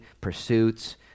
pursuits